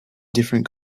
different